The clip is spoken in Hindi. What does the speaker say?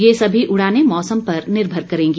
ये सभी उड़ाने मौसम पर निर्भर करेंगी